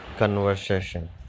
Conversation